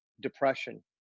depression